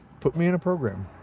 put me in a program